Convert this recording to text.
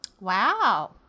Wow